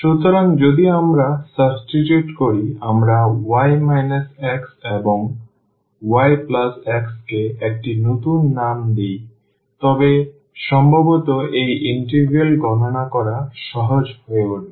সুতরাং যদি আমরা সাবস্টিটিউট করি আমরা y x এবং yx কে একটি নতুন নাম দিই তবে সম্ভবত এই ইন্টিগ্রাল গণনা করা সহজ হয়ে উঠবে